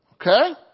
Okay